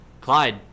Clyde